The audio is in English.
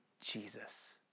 Jesus